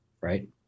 Right